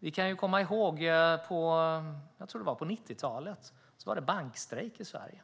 Ni kanske kommer ihåg att det på 90-talet var bankstrejk i Sverige.